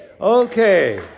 Okay